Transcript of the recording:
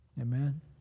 Amen